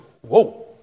whoa